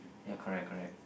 ya correct correct